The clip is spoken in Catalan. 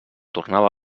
tornava